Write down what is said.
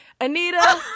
anita